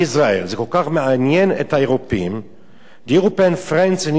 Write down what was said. זה כל כך מעניין את האירופאים.The European Friends of Israel,